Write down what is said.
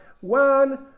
one